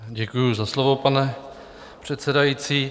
Děkuji za slovo, pane předsedající.